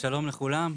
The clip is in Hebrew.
שלום לכולם,